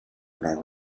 alla